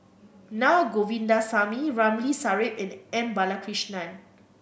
Naa Govindasamy Ramli Sarip and M Balakrishnan